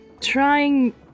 trying